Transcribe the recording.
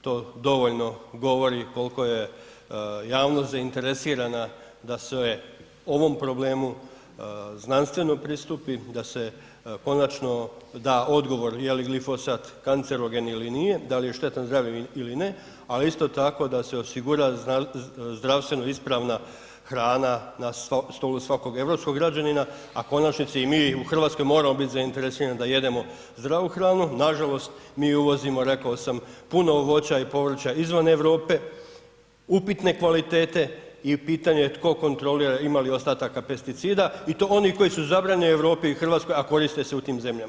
To dovoljno govori koliko je javnost zainteresirana da se ovom problemu znanstveno pristupi, da se konačno da odgovor je li glifosat kancerogen ili nije, da li je štetan zdravlju ili ne, ali isto tako da se osigura zdravstveno isprava hrana na stolu svakog europskog građanina, a konačnici i mi u Hrvatskoj moramo biti zainteresirani da jedemo zdravu hranu, nažalost mi uvozimo rekao sam puno voća i povrća izvan Europe, upitne kvalitete i pitanje tko kontrolira ima li ostataka pesticida i to onih koji su zabranjeni u Europi i Hrvatskoj, a koriste se u tim zemljama.